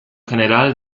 general